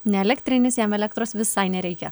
ne elektrinis jam elektros visai nereikia